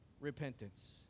repentance